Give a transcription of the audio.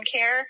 care